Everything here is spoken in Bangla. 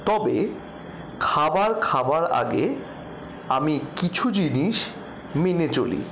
তবে খাবার খাবার আগে আমি কিছু জিনিস মেনে চলি